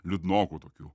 liūdnokų tokių